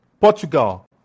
Portugal